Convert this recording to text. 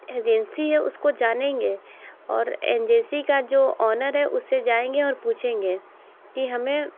agency है उस को जानेंगे और एजेंसी का जो ओनर है उस से जाएंगे और पूछेंगे कि हमें